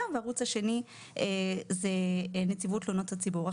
והערוץ השני הוא נציבות תלונות הציבור.